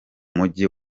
mujyi